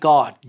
God